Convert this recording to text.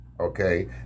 okay